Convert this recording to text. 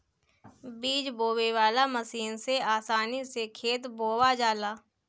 बीज बोवे वाला मशीन से आसानी से खेत बोवा जाला